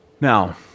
now